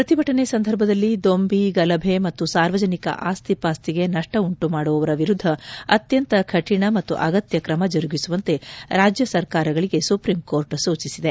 ಪ್ರತಿಭಟನೆ ಸಂದರ್ಭದಲ್ಲಿ ದೊಂಬಿ ಗಲಭೆ ಮತ್ತು ಸಾರ್ವಜನಿಕ ಆಸ್ತಿ ಪಾಸ್ತಿಗೆ ನಷ್ಟ ಉಂಟುಮಾಡುವವರ ವಿರುದ್ಧ ಅತ್ಯಂತ ಕಠಿಣ ಮತ್ತು ಅಗತ್ಯ ತ್ರಮ ಜರುಗಿಸುವಂತೆ ರಾಜ್ಯ ಸರ್ಕಾರಗಳಿಗೆ ಸುಪ್ರೀಂಕೋರ್ಟ್ ಸೂಚಿಸಿದೆ